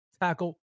tackle